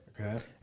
Okay